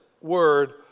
word